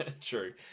True